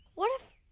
what if